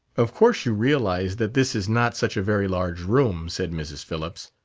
of course you realize that this is not such a very large room, said mrs. phillips.